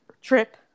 trip